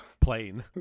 Plain